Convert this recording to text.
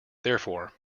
therefore